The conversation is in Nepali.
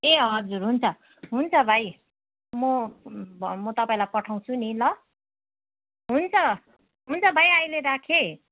ए हजुर हुन्छ हुन्छ भाइ म म तपाईँलाई पठाउँछु नि ल हुन्छ हुन्छ भाइ अहिले राखेँ